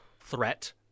threat